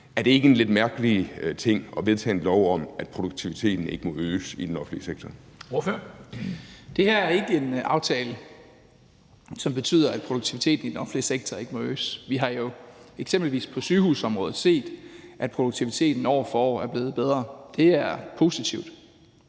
(Henrik Dam Kristensen): Ordføreren. Kl. 11:09 Christian Rabjerg Madsen (S): Det her er ikke en aftale, som betyder, at produktiviteten i den offentlige sektor ikke må øges. Vi har jo eksempelvis på sygehusområdet set, at produktiviteten år for år er blevet bedre. Det er positivt.